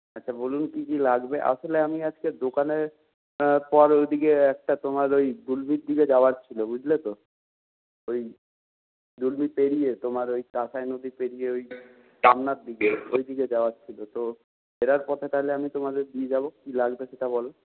হ্যাঁ তো বলুন কি কি লাগবে আসলে আমি আজকে দোকানে হ্যাঁ তা ওইদিকে একটা তোমার ওই বন্দুকগুলো দেওয়ার ছিল বুঝলে তো ওই পেরিয়ে তোমার ওই কাসাই নদী পেরিয়ে ওই টামনার দিকে ওইদিকে যাওয়ার ছিল তো ফেরার পথে তাহলে আমি তোমাকে দিয়ে যাব কি লাগবে সেটা বল পেরিয়ে তোমার ওই কাসাই নদী পেরিয়ে ওই দিকে ওইদিকে যাওয়ার ছিল তো ফেরার পথে তাহলে আমি তোমাকে দিয়ে যাব কি লাগবে সেটা বল